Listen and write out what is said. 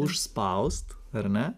užspaust ar ne